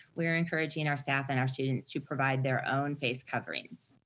we're encouraging and our staff and our students to provide their own face coverings.